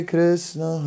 Krishna